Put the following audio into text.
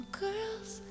girls